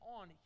on